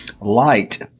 light